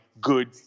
Good